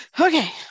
Okay